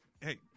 hey